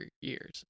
years